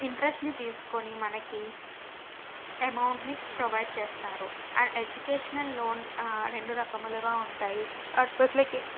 ఇంట్రెస్ట్ని తీసుకొని మనకి అమౌంట్ని ప్రొవైడ్ చేస్తారు ఆ ఎడ్యుకేషన్ లోన్ రెండు రకములుగా ఉంటాయి